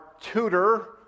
tutor